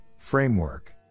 framework